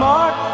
Mark